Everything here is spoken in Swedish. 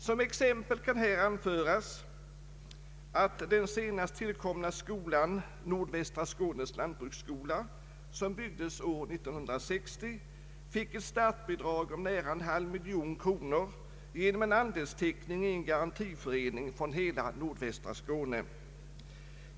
Som exempel kan här anföras att den senast tillkomna skolan, Nordvästra Skånes lantbruksskola, som byggdes år 1960, fick ett startbidrag om nära en halv miljon kronor genom andelsteckning i en garantiförening från hela nordvästra Skåne.